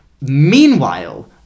Meanwhile